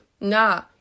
Nah